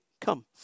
Come